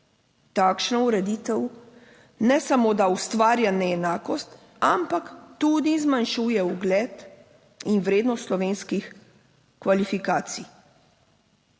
Takšna ureditev ne samo, da ustvarja neenakost, ampak tudi zmanjšuje ugled in vrednost slovenskih kvalifikacij.